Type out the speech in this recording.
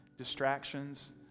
distractions